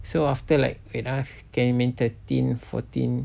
so after like wait ah can remain thirteen fourteen